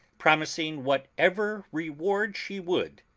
promising whatever reward she would,